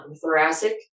thoracic